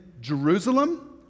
Jerusalem